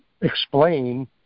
explain